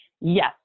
yes